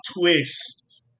twist